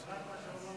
סליחה.